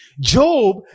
Job